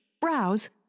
browse